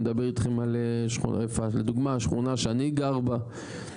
אני מדבר איתכם לדוגמה השכונה שאני גר בה,